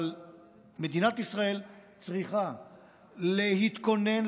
אבל מדינת ישראל צריכה להתכונן,